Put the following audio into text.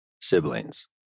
siblings